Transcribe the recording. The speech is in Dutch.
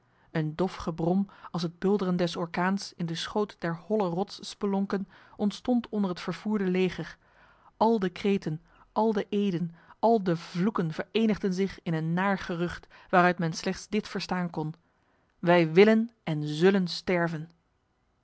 een dof gebrom als het bulderen des orkaans in de schoot der holle rotsspelonken ontstond onder het vervoerde leger al de kreten al de eden al de vloeken verenigden zich in een naar gerucht waaruit men slechts dit verstaan kon wij willen en zullen sterven